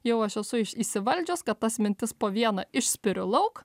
jau aš esu iš įsivaldžius kad tas mintis po vieną išspiriu lauk